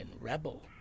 rebel